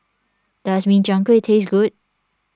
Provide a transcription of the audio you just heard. does Min Chiang Kueh taste good